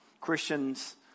Christians